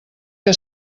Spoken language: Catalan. que